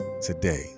today